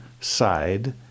side